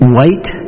White